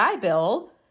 bill